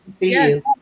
Yes